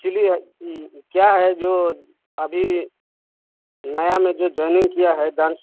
actually क्या है जो अभी नया में जो जॉइनिंग किया है डांस